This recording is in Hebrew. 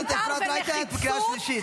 --- חברת הכנסת רייטן, את בקריאה שנייה.